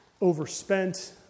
overspent